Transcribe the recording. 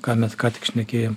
ką mes ką tik šnekėjom